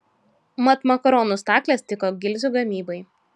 mat makaronų staklės tiko gilzių gamybai